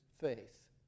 faith